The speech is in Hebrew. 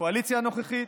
הקואליציה הנוכחית,